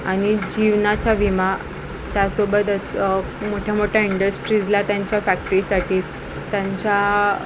आणि जीवनाचा विमा त्यासोबतच मोठ्या मोठ्या इंडस्ट्रीजला त्यांच्या फॅक्टरीसाटी त्यांच्या